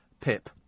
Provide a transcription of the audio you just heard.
Pip